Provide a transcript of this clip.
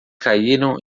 caíram